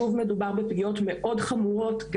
שוב מדובר בפגיעות מאוד חמורות,